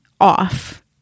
off